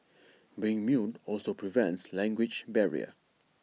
being mute also prevents language barrier